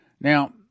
Now